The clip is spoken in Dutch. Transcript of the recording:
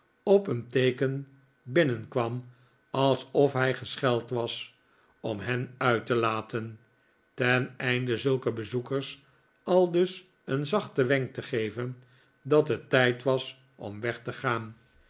op een teeken binnenkwam alsof hij gescheld was om hen uit te laten teneinde zulke bezoekers aldus een zachten wenk te geven dat het tijd was om weg te gaan